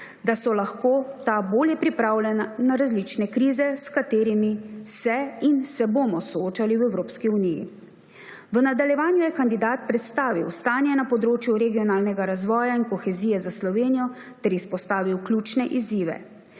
da so lahko ta bolje pripravljena na različne krize, s katerimi se in se bomo soočali v Evropski uniji. V nadaljevanju je kandidat predstavil stanje na področju regionalnega razvoja in kohezije za Slovenijo ter izpostavil ključne izzive.